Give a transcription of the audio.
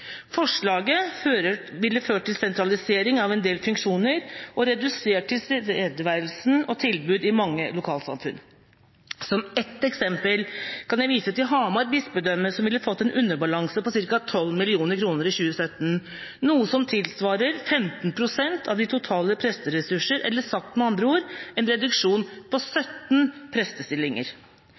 ville ført til sentralisering av en del funksjoner og redusert tilstedeværelse og tilbud i mange lokalsamfunn. Som ett eksempel kan jeg vise til Hamar bispedømme, som ville fått en underbalanse på ca. 12 mill. kr i 2017, noe som tilsvarer 15 pst. av de totale presteressurser – eller sagt med andre ord: en reduksjon på 17 prestestillinger.